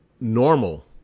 normal